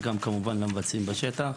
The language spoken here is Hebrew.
וכמובן גם של המבצעים בשטח.